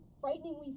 frighteningly